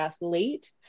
late